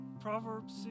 Proverbs